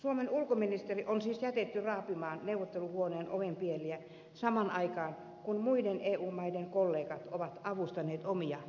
suomen ulkoministeri on siis jätetty raapimaan neuvotteluhuoneen ovenpieliä samaan aikaan kun muiden eu maiden kollegat ovat avustaneet omia johtajiaan